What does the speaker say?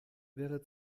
wäre